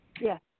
Yes